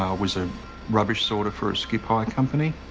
um was a rubbish sorter for a skip hire and company.